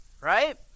right